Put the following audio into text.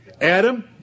Adam